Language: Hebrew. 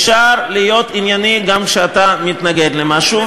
אפשר להיות ענייני גם כשאתה מתנגד למשהו,